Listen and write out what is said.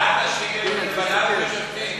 בעד נשים בוועדה למינוי שופטים.